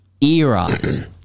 era